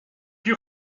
you